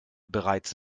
bereits